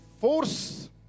force